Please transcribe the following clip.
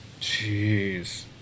Jeez